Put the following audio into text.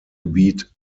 gebiet